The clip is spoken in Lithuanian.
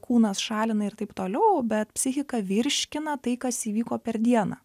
kūnas šalina ir taip toliau bet psichika virškina tai kas įvyko per dieną